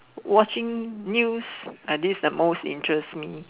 watching news like these the most interest me